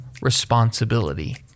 responsibility